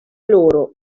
loro